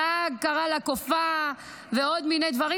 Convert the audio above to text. הנהג קרא לה קופה ועוד מיני דברים,